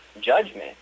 judgment